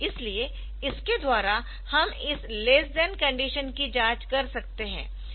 इसलिए इसके द्वारा हम इस लेस दयान कंडीशन की जाँच कर सकते है